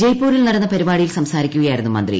ജയ്പൂരിൽ നടന്ന പരിപാടിയിൽ സംസാരിക്കുകയായിരുന്നു മന്ത്രി